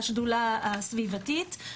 השרה להגנת הסביבה תמר זנדברג,